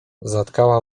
zatkała